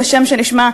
זה שם שנשמע,